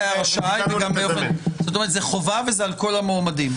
זאת אומרת, זאת חובה וזה על כל המועמדים.